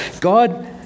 God